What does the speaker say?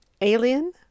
alien